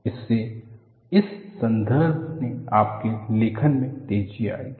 इससे इन संदर्भों से आपके लेखन में तेजी आएगी